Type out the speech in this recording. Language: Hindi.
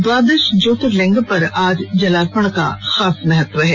द्वादश ज्योतिर्लिंग पर आज जलार्पण का खास महत्व है